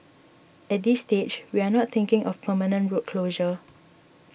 at this stage we are not thinking of permanent road closure